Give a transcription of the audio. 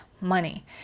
money